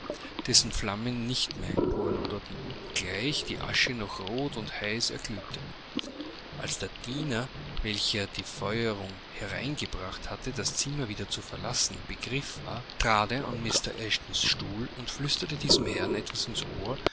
dessen flammen nicht mehr emporloderten obgleich die asche noch rot und heiß erglühte als der diener welcher die feuerung hereingebracht hatte das zimmer wieder zu verlassen im begriff war trat er an mr eshtons stuhl und flüsterte diesem herrn etwas ins ohr